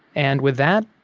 and with that,